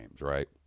right